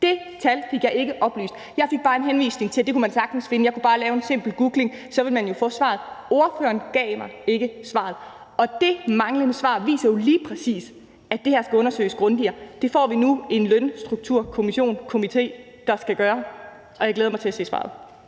Det tal fik jeg ikke oplyst. Jeg fik bare en henvisning til, at det kunne man sagtens finde – jeg kunne bare lave en simpel googlesøgning, så ville jeg jo få svaret. Spørgeren gav mig ikke svaret. Og det manglende svar viser jo lige præcis, at det her skal undersøges grundigere. Det får vi nu en lønstrukturkomité der skal gøre, og jeg glæder mig til at se svaret.